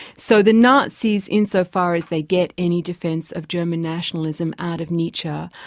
so the nazis insofar as they get any defence of german nationalism out of nietzsche,